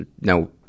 no